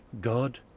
God